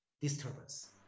disturbance